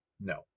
No